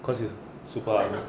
cause you super ugly